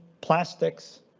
plastics